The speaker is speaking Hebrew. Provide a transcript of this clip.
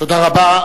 תודה רבה.